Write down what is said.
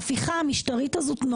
ההפיכה המשטרית הזאת,